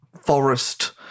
forest